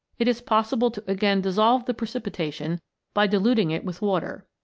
it is possible to again dissolve the precipitation by diluting it with water.